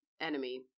enemy